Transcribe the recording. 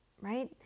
right